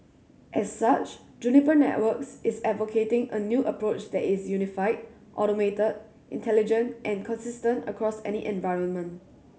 as such Juniper Networks is advocating a new approach that is unified automated intelligent and consistent across any environment